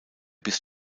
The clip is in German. bis